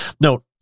Note